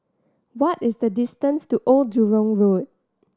what is the distance to Old Jurong Road